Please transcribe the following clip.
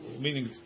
meaning